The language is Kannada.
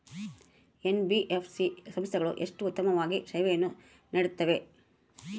ಎನ್.ಬಿ.ಎಫ್.ಸಿ ಸಂಸ್ಥೆಗಳು ಎಷ್ಟು ಉತ್ತಮವಾಗಿ ಸೇವೆಯನ್ನು ನೇಡುತ್ತವೆ?